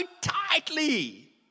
tightly